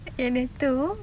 okay day two